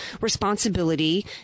responsibility